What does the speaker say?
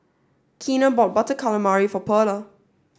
Keena bought Butter Calamari for Pearla